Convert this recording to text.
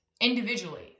individually